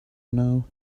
now